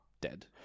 Dead